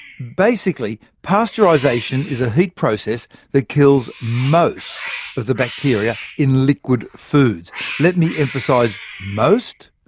basically, pasteurisation is a heat process that kills most of the bacteria in liquid foods let me emphasise most,